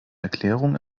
erklärung